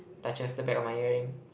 touches the back of my earring